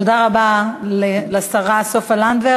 תודה רבה לשרה סופה לנדבר.